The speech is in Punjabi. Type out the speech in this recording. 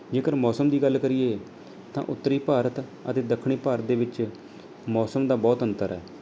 ਜੇਕਰ ਮੌਸਮ ਦੀ ਗੱਲ ਕਰੀਏ ਤਾਂ ਉੱਤਰੀ ਭਾਰਤ ਅਤੇ ਦੱਖਣੀ ਭਾਰਤ ਦੇ ਵਿੱਚ ਮੌਸਮ ਦਾ ਬਹੁਤ ਅੰਤਰ ਹੈ